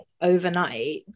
overnight